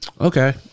okay